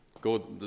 go